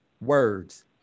words